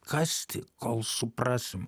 kasti kol suprasim